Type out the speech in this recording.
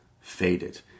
faded